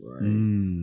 right